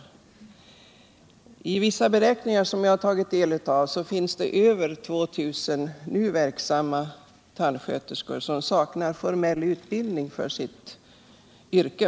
Enligt vissa beräkningar, som jag har tagit del av, finns det ca 2 000 verksamma tandsköterskor som saknar formell utbildning för sitt yrke.